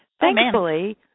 Thankfully